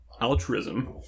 altruism